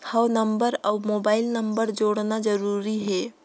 हव नंबर अउ mobile number जोड़ना जरूरी हे?